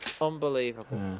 unbelievable